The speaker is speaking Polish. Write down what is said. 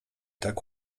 tak